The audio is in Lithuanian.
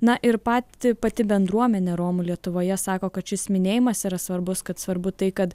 na ir pati pati bendruomenė romų lietuvoje sako kad šis minėjimas yra svarbus kad svarbu tai kad